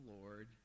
Lord